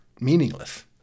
meaningless